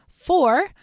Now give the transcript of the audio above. Four